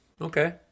Okay